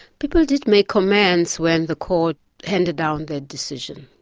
people did make comments when the court handed down the decision.